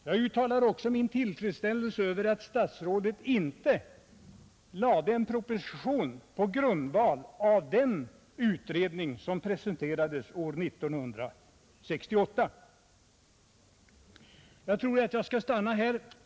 Jag uttalar också min tillfredsställelse över att statsrådet inte lade fram en proposition på grundval av den utredning som presenterades år 1968. Jag skall avsluta mitt anförande med detta.